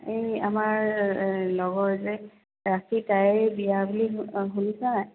এই আমাৰ লগৰ যে ৰাখী তাইৰ বিয়া বুলি শুনিছা নাই